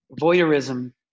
voyeurism